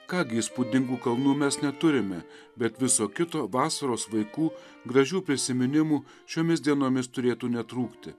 ką gi įspūdingų kalnų mes neturime bet viso kito vasaros vaikų gražių prisiminimų šiomis dienomis turėtų netrūkti